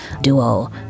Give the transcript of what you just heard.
duo